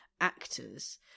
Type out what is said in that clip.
actors